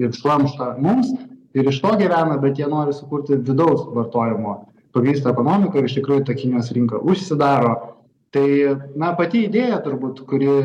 ir šlamštą mums ir iš to gyvena bet jie nori sukurti vidaus vartojimu pagrįstą ekonomiką ir iš tikrųjų ta kinijos rinka užsidaro tai na pati idėja turbūt kuri